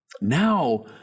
Now